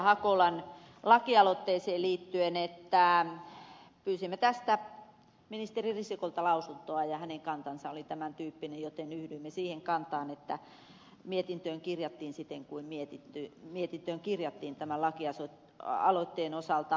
hakolan lakialoitteeseen liittyen että pyysimme tästä ministeri risikolta lausuntoa ja hänen kantansa oli tämän tyyppinen joten yhdymme siihen kantaan että mietintöön kirjattiin siten kuin mietintöön kirjattiin tämän lakialoitteen osalta